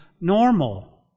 normal